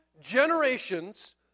generations